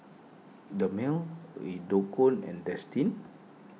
Dermale and destine